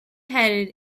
headed